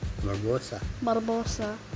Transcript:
Barbosa